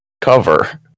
cover